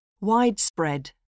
Widespread